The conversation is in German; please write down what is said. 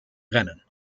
rennen